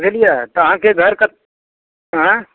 बुझलिऐ तऽ अहाँके घर कऽ आयँ